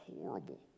horrible